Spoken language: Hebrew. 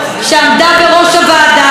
שעמדה בראש הוועדה,